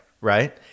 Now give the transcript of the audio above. right